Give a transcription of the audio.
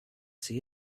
see